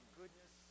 goodness